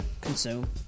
Consume